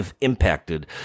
impacted